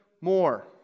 more